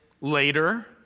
later